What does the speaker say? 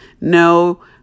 No